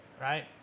right